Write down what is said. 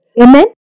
Amen